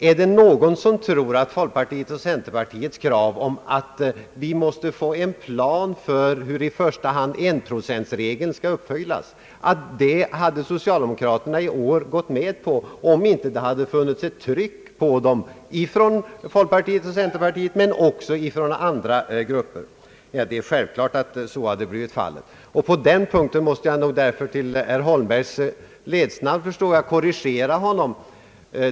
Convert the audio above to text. Är det någon som tror att socialdemokraterna i år skulle ha gått med på folkpartiets och centerpartiets krav om en bättre plan för hur i första hand 1-procentregeln skall uppfyllas, om det inte hade funnits ett tryck på dem från folkpartiet och centerpartiet men också från andra grupper. Det är självklart att så inte hade blivit fallet. På den punkten måste jag därför, till herr Holmbergs ledsnad förstår jag, korrigera honom.